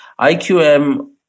IQM